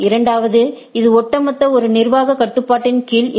இரண்டாவதாக இது ஒட்டுமொத்த ஒரு நிர்வாகக் கட்டுப்பாட்டின் கீழ் இல்லை